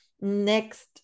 next